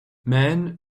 man